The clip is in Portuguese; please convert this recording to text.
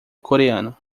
coreano